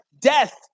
death